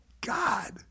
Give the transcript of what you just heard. God